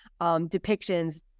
depictions